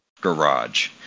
garage